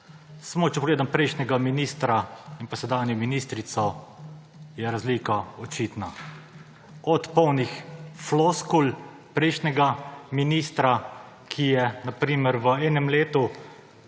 pogledam samo prejšnjega ministra in sedanjo ministrico, je razlika očitna. Od polnih floskul prejšnjega ministra, ki je na primer v enem letu,